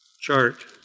chart